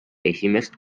esimest